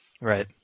Right